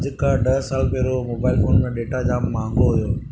जेका ॾह सालु पहिरियों मोबाइल फोन में डेटा जाम महांगो हुओ